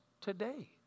today